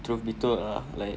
truth be told ah like